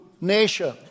nation